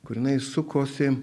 kur jinai sukosi